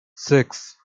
six